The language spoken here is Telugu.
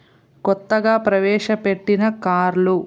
కొత్తగా ప్రవేశ పెట్టిన కార్లు